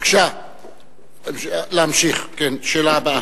בבקשה להמשיך, השאלה הבאה.